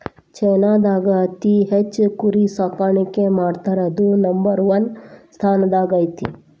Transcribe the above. ಚೇನಾದಾಗ ಅತಿ ಹೆಚ್ಚ್ ಕುರಿ ಸಾಕಾಣಿಕೆ ಮಾಡ್ತಾರಾ ಅದು ನಂಬರ್ ಒನ್ ಸ್ಥಾನದಾಗ ಐತಿ